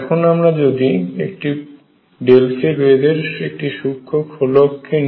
এখন আমরা যদি একটি ∆k বেধ এর একটি সূক্ষ্ম খোলক কে নি